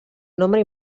nombre